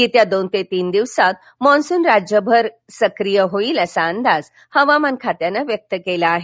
येत्या दोन ते तीन दिवसांत मान्सून राज्यभर सक्रीय होईल असा अंदाज हवामान खात्यानं व्यक्त केला आहे